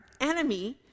enemy